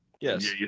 Yes